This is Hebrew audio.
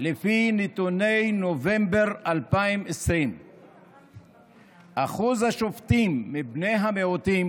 לפי נתוני נובמבר 2020 אחוז השופטים מבני המיעוטים